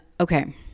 okay